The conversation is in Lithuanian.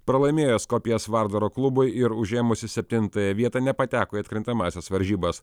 pralaimėjo skopjės vardaro klubui ir užėmusi septintąją vietą nepateko į atkrintamąsias varžybas